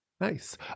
Nice